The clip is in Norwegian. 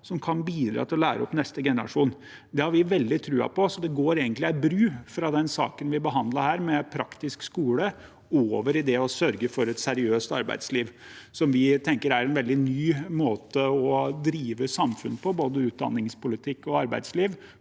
kan bidra til å lære opp neste generasjon. Det har vi veldig tro på. Det går egentlig en bru fra den saken vi behandlet her om praktisk skole, til det å sørge for et seriøst arbeidsliv, som vi tenker er en veldig ny måte å drive samfunn på, både utdanningspolitikk og arbeidsliv,